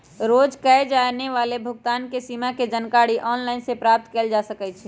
रोज कये जाय वला भुगतान के सीमा के जानकारी ऑनलाइन सेहो प्राप्त कएल जा सकइ छै